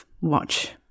watch